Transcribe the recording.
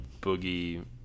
Boogie